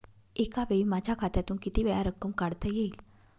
एकावेळी माझ्या खात्यातून कितीवेळा रक्कम काढता येईल?